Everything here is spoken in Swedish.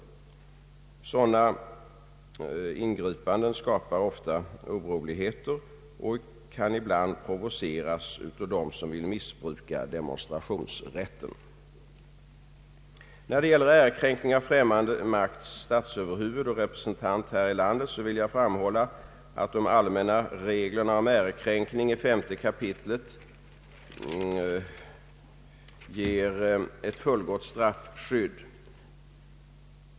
Sådana ingripanden skapar ofta oroligheter och kan ibland provoceras av den som vill missbruka demonstrationsrätten. När det gäller ärekränkning av främmande makts statsöverhuvud och representant här i landet vill jag framhålla att de allmänna reglerna om ärekränkning i 5 kap. ger ett fullgott straffskydd.